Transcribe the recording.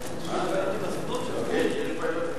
מס' 3) (הסדר לשוכר פרטי והוראות נוספות),